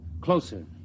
Closer